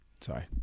Sorry